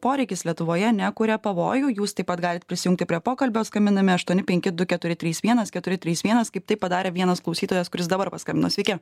poreikis lietuvoje nekuria pavojų jūs taip pat galit prisijungti prie pokalbio skambindami aštuoni penki du keturi trys vienas keturi trys vienas kaip tai padarė vienas klausytojas kuris dabar paskambino sveiki